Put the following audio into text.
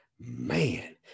Man